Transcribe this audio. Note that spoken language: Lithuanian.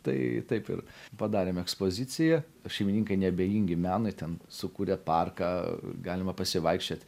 tai taip ir padarėm ekspoziciją šeimininkai neabejingi menui ten sukūrė parką galima pasivaikščiot